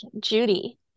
Judy